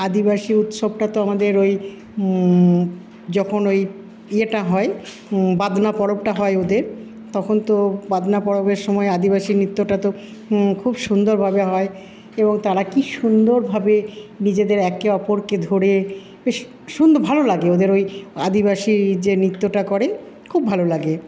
আদিবাসী উৎসবটা তো আমাদের ওই যখন ওই ইয়েটা হয় বাদনা পড়বটা হয় ওদের তখন তো বাদনা পড়বের সময় আদিবাসী নৃত্যটা তো খুব সুন্দরভাবে হয় এবং তারা কি সুন্দরভাবে নিজেদের একে অপরকে ধরে বেশ সুন্দর ভালো লাগে ওদের ওই আদিবাসী যে নৃত্যটা করে খুব ভালো লাগে